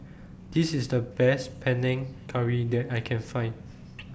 This IS The Best Panang Curry that I Can Find